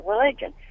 religion